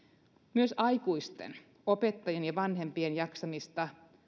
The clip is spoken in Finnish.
myös aikuisten opettajien ja vanhempien jaksamista